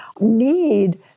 need